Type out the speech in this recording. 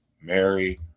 Mary